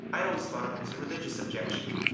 i'd always thought of it as a religious objection.